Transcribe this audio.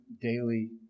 daily